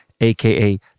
aka